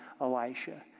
Elisha